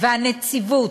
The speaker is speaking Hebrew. והנציבות,